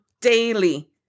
daily